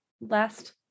last